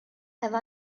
have